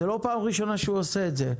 זאת לא פעם ראשונה שהוא עושה את זה.